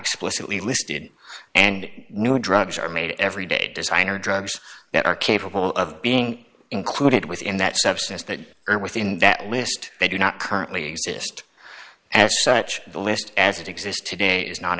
explicitly listed and new drugs are made every day designer drugs that are capable of being included within that substance that are within that list they do not currently exist as such the list as it exists today is not